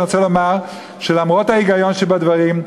אני רוצה לומר שלמרות ההיגיון שבדברים,